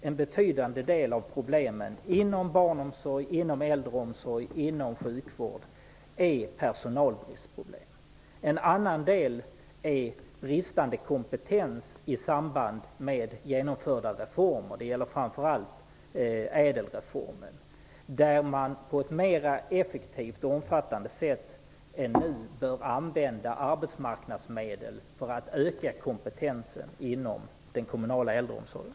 En betydande del av problemen inom barnomsorgen, äldreomsorgen och sjukvården är personalbristproblem. En annan del är bristande kompetens i samband med genomförda reformer. Det gäller framför allt ÄDEL-reformen. Man bör på ett mer effektivt sätt än nu använda arbetsmarknadsmedel för att öka kompetensen inom den kommunala äldreomsorgen.